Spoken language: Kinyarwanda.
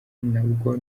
nabwo